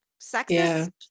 sexist